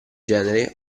genere